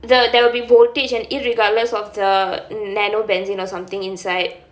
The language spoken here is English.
the there will be voltage and irregardless of the nanobenzene or something inside